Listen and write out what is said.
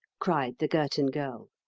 cried the girton girl.